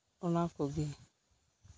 ᱚᱱᱟᱠᱩᱜᱤ